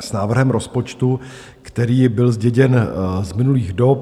s návrhem rozpočtu, který byl zděděn z minulých dob.